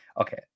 okay